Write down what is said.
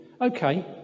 okay